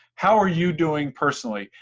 how are you doing personally?